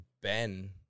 Ben